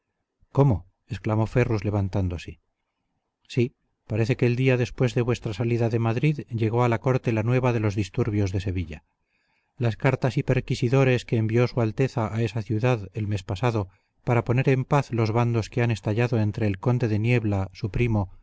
cómo exclamó ferrus levantándose sí parece que el día después de vuestra salida de madrid llegó a la corte la nueva de los disturbios de sevilla las cartas y pesquisidores que envió su alteza a esa ciudad el mes pasado para poner en paz los bandos que han estallado entre el conde de niebla su primo